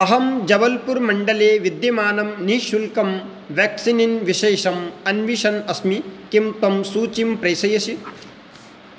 अहं जबल्पुर् मण्डले विद्यमानं निःशुल्कं व्याक्सिन् विशेषम् अन्विषन् अस्मि किं त्वं सूचीं प्रेषयसि